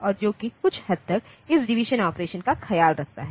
और जो कि कुछ हद तक इस डिवीजन ऑपरेशन का ख्याल रखता है